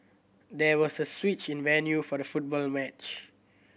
there was a switch in the venue for the football match